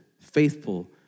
faithful